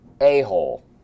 a-hole